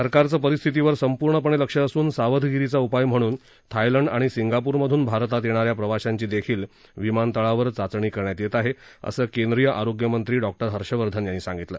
सरकारचं परिस्थितीवर पूर्णपणे लक्ष असून सावधगिरीचा उपाय म्हणून थायलंड आणि सिंगापूर मधून भारतात येणाऱ्या प्रवाशांची देखील विमानतळावर चाचणी करण्यात येत आहे असं केंद्रीय आरोग्यमंत्री डॉक्टर हर्षवर्धन यांनी सांगितलं